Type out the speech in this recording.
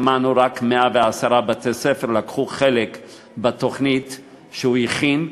שמענו שרק 110 בתי-ספר לקחו חלק בתוכנית שהוא הכין.